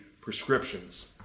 prescriptions